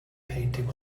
painting